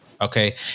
Okay